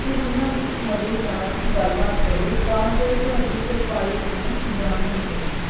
ਫਿਰ ਉਨ੍ਹਾਂ ਦੀ ਸਮੱਗਰੀ ਨਾਲ ਗੱਲਬਾਤ ਕਰੋ ਤਾਂ ਜੋ ਉਹ ਤੁਹਾਡੀ ਪ੍ਰੋਫਾਈਲ ਤੋਂ ਜਾਣੂ ਹੋ ਸਕਣ